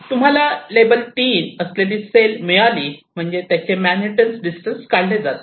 तुम्हाला लेबल '3' असलेली सेल मिळाली म्हणजे त्याचे मॅनहॅटन डिस्टन्स काढले जाते